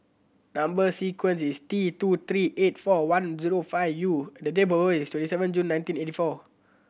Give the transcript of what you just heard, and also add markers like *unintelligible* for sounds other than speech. number sequence is T two three eight four one zero five U and the date *unintelligible* is seven June nineteen eighty four